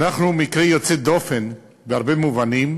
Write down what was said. אנחנו מקרה יוצא דופן בהרבה מובנים,